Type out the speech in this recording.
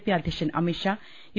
P അധ്യക്ഷൻ Amit Shah U